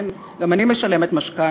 כן, גם אני משלמת משכנתה.